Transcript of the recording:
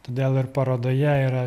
todėl ir parodoje yra